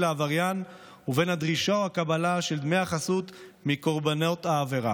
העבריין ובין הדרישה או הקבלה של דמי החסות מקורבנות העבירה,